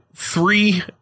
Three